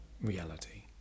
reality